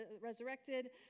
resurrected